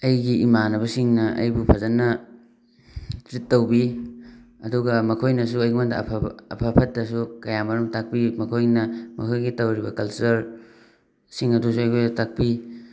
ꯑꯩꯒꯤ ꯏꯃꯥꯟꯅꯕꯁꯤꯡꯅ ꯑꯩꯕꯨ ꯐꯖꯅ ꯇ꯭ꯔꯤꯠ ꯇꯧꯕꯤ ꯑꯗꯨꯒ ꯃꯈꯣꯏꯅꯁꯨ ꯑꯩꯉꯣꯟꯗ ꯑꯐꯕ ꯑꯐ ꯐꯠꯇꯁꯨ ꯀꯌꯥꯃꯔꯨꯝ ꯇꯥꯛꯄꯤ ꯃꯈꯣꯏꯅ ꯃꯈꯣꯏꯒꯤ ꯇꯧꯔꯤꯕ ꯀꯜꯆꯔ ꯁꯤꯡ ꯑꯗꯨꯁꯨ ꯑꯉꯣꯟꯗ ꯇꯥꯛꯄꯤ